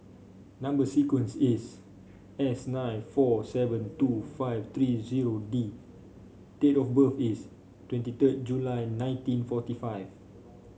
number sequence is S nine four seven two five three zero D date of birth is twenty third July nineteen forty five